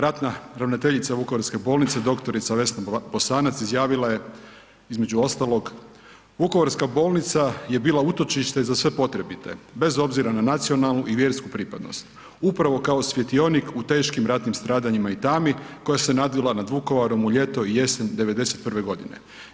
Ratna ravnateljica Vukovarske bolnice doktorica Vesna Bosanac izjavila j e između ostalog: „Vukovarska bolnica je bila utočište za sve potrebite bez obzira na nacionalnu i vjersku pripadnost upravo kao svjetionik u teškim ratnim stradanjima i tami koja se nadvila nad Vukovarom u ljeto i jesen 91. godine.